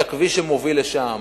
את הכביש שמוביל לשם,